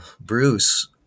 bruce